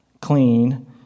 clean